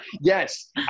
Yes